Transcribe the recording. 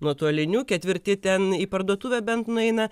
nuotoliniu ketvirti ten į parduotuvę bent nueina